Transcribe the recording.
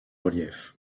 relief